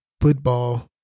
football